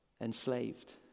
Enslaved